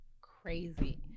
crazy